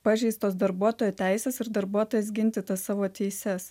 pažeistos darbuotojo teisės ir darbuotojas ginti tas savo teises